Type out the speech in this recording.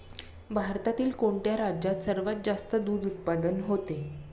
भारतातील कोणत्या राज्यात सर्वात जास्त दूध उत्पादन होते?